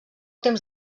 temps